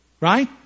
right